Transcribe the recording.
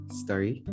story